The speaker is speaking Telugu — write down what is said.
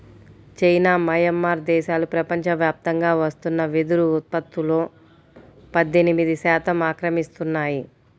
చైనా, మయన్మార్ దేశాలు ప్రపంచవ్యాప్తంగా వస్తున్న వెదురు ఉత్పత్తులో పద్దెనిమిది శాతం ఆక్రమిస్తున్నాయి